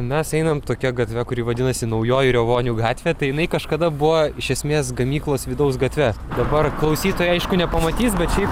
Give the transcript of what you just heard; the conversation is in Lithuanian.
mes einam tokia gatve kuri vadinasi naujoji revonių gatvė tai jinai kažkada buvo iš esmės gamyklos vidaus gatve dabar klausytojai aišku nepamatys bet šiaip